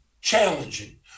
challenging